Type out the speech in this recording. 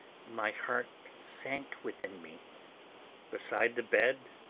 my heart sank within me beside the bed,